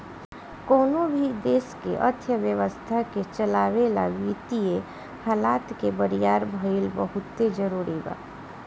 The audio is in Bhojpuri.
कवनो भी देश के अर्थव्यवस्था के चलावे ला वित्तीय हालत के बरियार भईल बहुते जरूरी बा